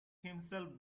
himself